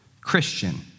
Christian